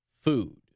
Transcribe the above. food